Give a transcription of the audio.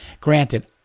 granted